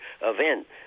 event